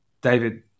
David